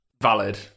Valid